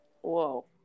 Whoa